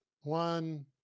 One